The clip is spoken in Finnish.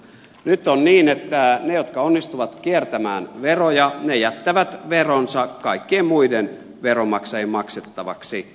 nyt on niin että ne jotka onnistuvat kiertämään veroja jättävät veronsa kaikkien muiden veronmaksajien maksettavaksi